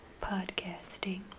Podcasting